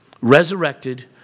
resurrected